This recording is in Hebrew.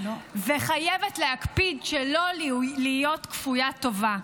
וחייבת להקפיד שלא להיות כפוית טובה.